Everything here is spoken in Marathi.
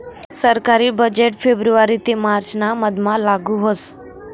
सरकारी बजेट फेब्रुवारी ते मार्च ना मधमा लागू व्हस